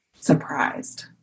surprised